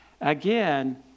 Again